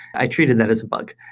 i treated that as bug.